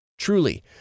Truly